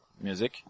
music